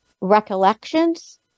recollections